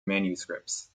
manuscripts